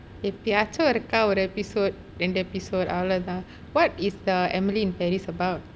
எப்பையாச்சோ ஒருக்கா ஒரு:eppaiyaacho orukka oru episode இல்ல இரண்டு:illa irandu episode அவ்வளவுதான்:avvalavuthaan what is the emily in paris about